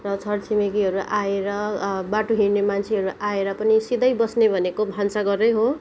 र छर छिमेकीहरू आएर बाटो हिड्ने मान्छेहरू आएर पनि सिद्धै बस्ने भनेको भान्सा घरै हो